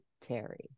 Terry